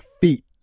feet